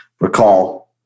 recall